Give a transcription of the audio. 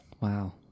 Wow